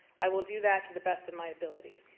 i will do that to the best of my ability.